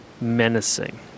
menacing